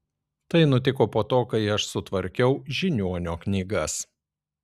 tai nutiko po to kai aš sutvarkiau žiniuonio knygas